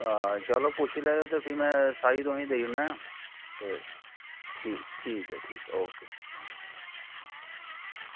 चलो पुच्छी लैयो ते भी साई में तुसेंगी देई ओड़ना ते ठीक ऐ ठीक ऐ ओके